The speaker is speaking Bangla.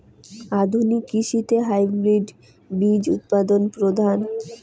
আধুনিক কৃষিত হাইব্রিড বীজ উৎপাদন প্রধান